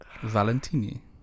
Valentini